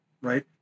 Right